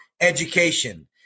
education